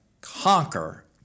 conquer